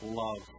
love